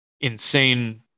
insane